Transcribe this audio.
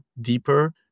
deeper